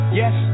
yes